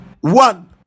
One